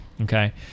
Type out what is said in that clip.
okay